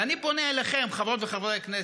ואני פונה אליכם, חברות וחברי הכנסת: